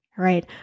right